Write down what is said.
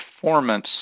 performance